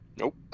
Nope